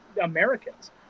Americans